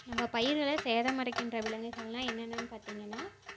நம்ம பயிர்களை சேதமடைக்கின்ற விலங்குகள்னால் என்னென்னன்னு பார்த்திங்கனா